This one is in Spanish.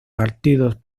partidos